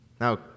Now